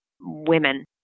women